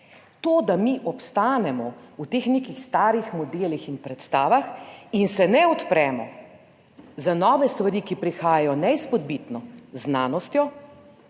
To, da mi ostanemo v teh nekih starih modelih in predstavah in se ne odpremo za nove stvari, ki prihajajo, neizpodbitno znanostjo,